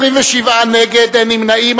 27, נגד, אין נמנעים.